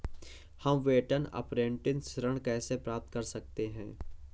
हम वेतन अपरेंटिस ऋण कैसे प्राप्त कर सकते हैं?